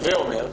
הווה אומר,